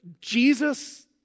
Jesus